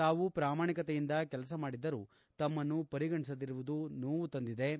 ತಾವು ಪ್ರಾಮಾಣಿಕತೆಯಿಂದ ಕೆಲಸ ಮಡಿದ್ದರೂ ತಮ್ಮನ್ನು ಪರಿಗಣಿಸದಿರುವುದು ನೋವು ತಂದಿದೆ ಎಂದು ಬಿ